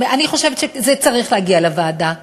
אני חושבת שזה צריך להגיע לוועדה לדיון.